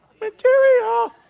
Material